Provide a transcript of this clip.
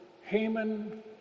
Haman